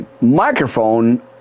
microphone